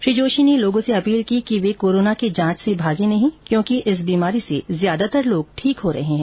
श्री जोशी ने लोगों से अपील की कि वे कोरोना की जांच से भागे नहीं क्योंकि इस बीमारी से ज्यादातर लोग ठीक हो रहे हैं